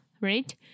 right